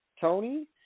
Tony